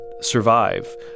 survive